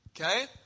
Okay